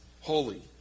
holy